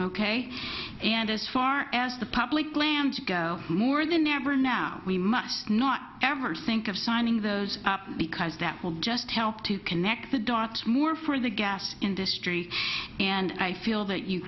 ok and as far as the public lands go more than ever now we must not ever think of signing those up because that will just help to connect the dots more for the gas industry and i feel that you